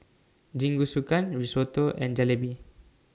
Jingisukan Risotto and Jalebi